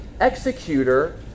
executor